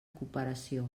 cooperació